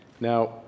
Now